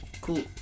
Cool